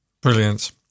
Brilliant